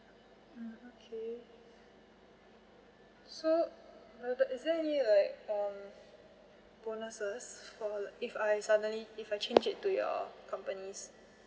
okay so uh is there any like uh bonuses for if I suddenly if I change it to your company's